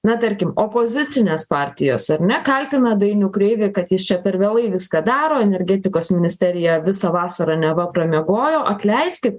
na tarkim opozicinės partijos ar ne kaltina dainių kreivį kad jis čia per vėlai viską daro energetikos ministerija visą vasarą neva pramiegojo atleiskit